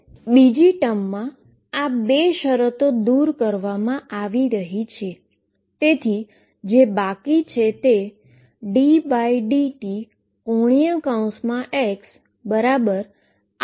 બીજી ટર્મમાં આ બે શરતો દુર કરવામાં આવી રહી છે